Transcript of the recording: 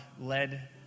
led